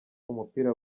umupira